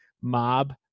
mob